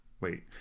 wait